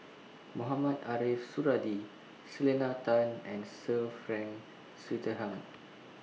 Mohamed Ariff Suradi Selena Tan and Sir Frank Swettenham